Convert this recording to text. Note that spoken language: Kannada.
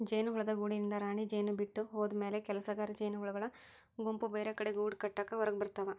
ಜೇನುಹುಳದ ಗೂಡಿನಿಂದ ರಾಣಿಜೇನು ಬಿಟ್ಟ ಹೋದಮ್ಯಾಲೆ ಕೆಲಸಗಾರ ಜೇನಹುಳಗಳ ಗುಂಪು ಬೇರೆಕಡೆ ಗೂಡಕಟ್ಟಾಕ ಹೊರಗಬರ್ತಾವ